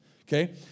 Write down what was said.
Okay